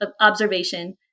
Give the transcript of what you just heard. observation